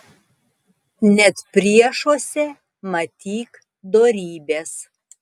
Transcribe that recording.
net priešuose matyk dorybes